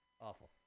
Awful